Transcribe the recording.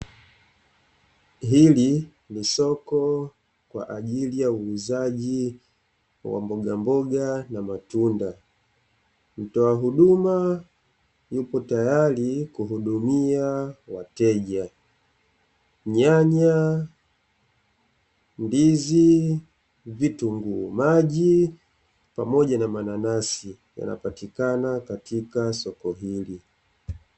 Hili ni soko kwa ajili ya uuzaji wa mbogamboga na matunda mtoa huduma yupo tayari kuhudumia wateja nyanya, ndizi vitunguu maji pamoja na mananasi yanapatikana katika soko hili.